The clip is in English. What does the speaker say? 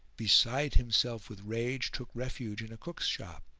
beside himself with rage, took refuge in a cook's shop.